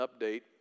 update